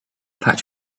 patch